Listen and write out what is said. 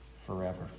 forever